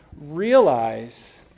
realize